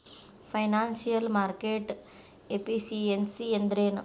Financial market efficiency ಅಂದ್ರೇನು?